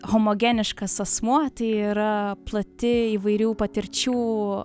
homogeniškas asmuo tai yra plati įvairių patirčių